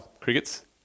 crickets